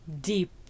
deep